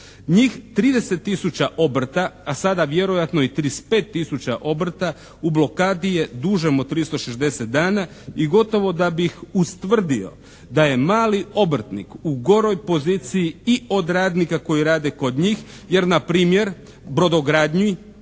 Njih 30 tisuća obrta a sada vjerojatno i 35 tisuća obrta u blokadi je dužem od 360 dana i gotovo da bih ustvrdio da je mali obrtnik u goroj poziciji i od radnika koji rade i kod njih jer npr. u brodogradnji